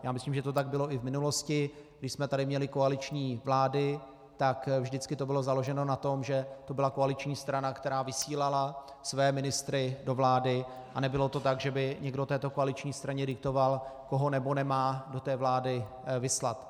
Já myslím, že to tak bylo i v minulosti, kdy jsme tady měli koaliční vlády, tak vždycky to bylo založeno na tom, že to byla koaliční strana, která vysílala své ministry do vlády, a nebylo to tak, že by někdo této koaliční straně diktoval, koho má nebo nemá do té vlády vyslat.